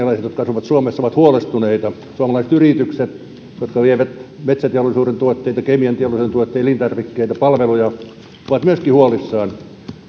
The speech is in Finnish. jotka asuvat suomessa ovat huolestuneita myöskin suomalaiset yritykset jotka vievät metsäteollisuuden tuotteita kemianteollisuuden tuotteita elintarvikkeita palveluja ovat huolissaan